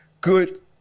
good